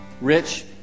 rich